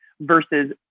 versus